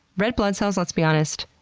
red blood cells, let's be honest,